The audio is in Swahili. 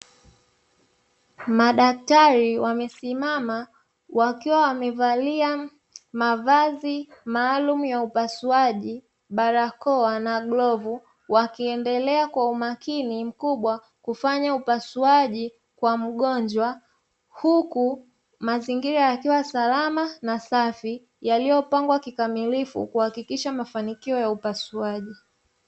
Madaktari wamesimama wakiwa wamevalia mavazi maalumu ya upasuaji barakoa na glavu, wakiendelea kwa umakini mkubwa kufanya upasuaji kwa mgonjwa huku mazingira yakiwa salama na safi yaliyopangwa kikamilifu kuhakikisha mafanikio ya upasuaji.